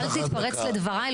אל תתפרץ לדבריי,